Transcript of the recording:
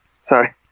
sorry